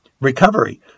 recovery